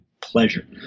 pleasure